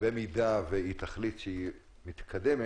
ובמידה שהיא תחליט שהיא מתקדמת,